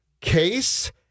Case